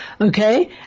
Okay